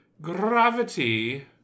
Gravity